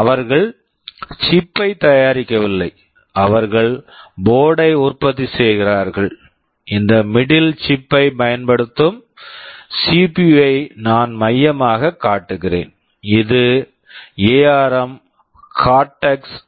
அவர்கள் chip chip பை தயாரிக்கவில்லை அவர்கள் போர்ட்டு board ஐ உற்பத்தி செய்கிறார்கள் இந்த மிடில் middle சிப் chip பைப் பயன்படுத்தும் சிபியு CPU ஐ நான் மையமாகக் காட்டுகிறேன் இது எஆர்எம் கார்டெக்ஸ்